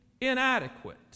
inadequate